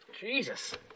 Jesus